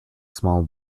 small